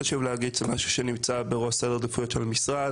חשוב לי להגיד גם שזה מה שנמצא בראש סדר העדיפויות של המשרד,